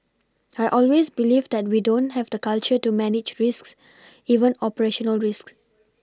I always believe that we don't have the culture to manage risks even operational risks